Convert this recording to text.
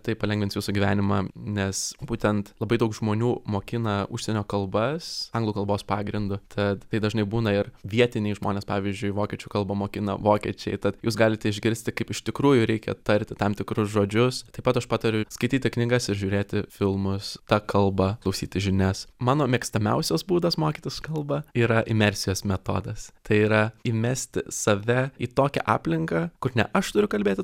tai palengvins jūsų gyvenimą nes būtent labai daug žmonių mokina užsienio kalbas anglų kalbos pagrindu tad dažnai būna ir vietiniai žmonės pavyzdžiui vokiečių kalbą mokina vokiečiai tad jūs galite išgirsti kaip iš tikrųjų reikia tarti tam tikrus žodžius taip pat aš patariu skaityti knygas ir žiūrėti filmus ta kalba klausyti žinias mano mėgstamiausias būdas mokytis kalbą yra imersijos metodas tai yra įmesti save į tokią aplinką kur ne aš turiu kalbėti